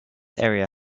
area